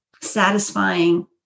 satisfying